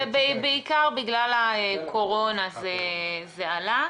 בעיקר בגלל הקורונה זה עלה.